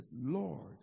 Lord